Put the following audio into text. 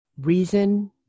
reason